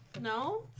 No